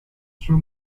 sua